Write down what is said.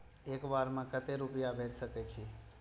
एक बार में केते रूपया भेज सके छी?